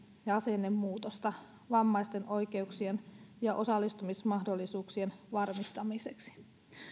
ja asennemuutosta vammaisten oikeuksien ja osallistumismahdollisuuksien varmistamiseksi